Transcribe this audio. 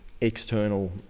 external